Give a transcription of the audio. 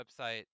website